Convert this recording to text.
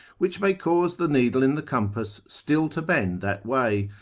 which may cause the needle in the compass still to bend that way,